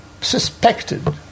suspected